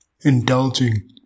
indulging